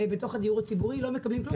בתוך הדיור הציבורי ולא מקבלים כלום.